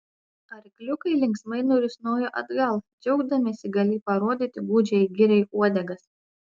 arkliukai linksmai nurisnojo atgal džiaugdamiesi galį parodyti gūdžiajai giriai uodegas